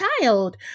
child